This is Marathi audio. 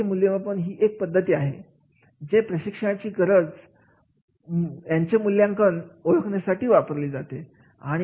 कार्याचे मूल्यमापन ही एक पद्धती आहे जे प्रशिक्षणाचे गरज याचे मूल्यांकन ओळखण्यासाठी वापरली जाते